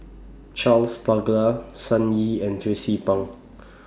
Charles Paglar Sun Yee and Tracie Pang